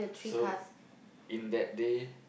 so in that day